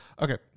Okay